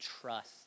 trust